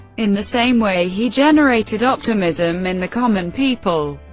in the same way he generated optimism in the common people.